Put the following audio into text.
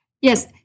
yes